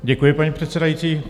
Děkuji, paní předsedající.